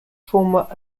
former